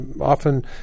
Often